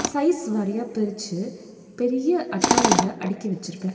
size வாரியாக பிரித்து பெரிய அட்டாலியில் அடிக்கி வச்சுருப்பேன்